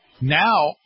Now